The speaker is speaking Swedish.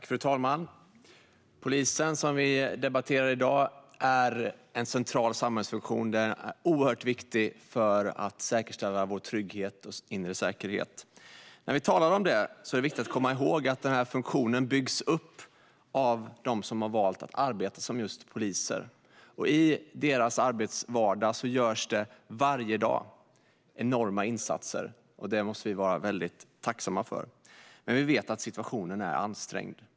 Fru talman! Polisen, som vi i dag debatterar, är en central samhällsfunktion. Den är oerhört viktigt för att säkerställa vår trygghet och inre säkerhet. När vi talar om det är det viktigt att komma ihåg att funktionen byggs upp av dem som har valt att arbeta som just poliser. I deras arbetsvardag görs det varje dag enorma insatser. Det måste vi vara väldigt tacksamma för. Vi vet att situationen är ansträngd.